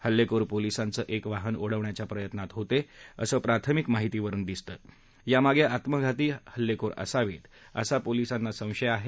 हल्लेखोर पोलिसांचं एक वाहन उडवण्याच्या प्रयत्नात होते असं प्राथमिक माहितीवरून दिसतं यामागे आत्मघातकी हल्लेखोर असावेत असा पोलीसांना संशय आहे